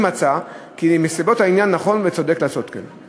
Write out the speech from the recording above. אם מצא כי בנסיבות העניין נכון וצודק לעשות כן.